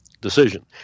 decision